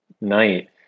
night